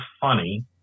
funny